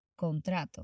Contrato